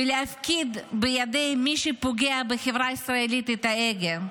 ולהפקיד בידי מי שפוגע בחברה הישראלית את ההגה.